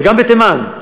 וגם בתימן,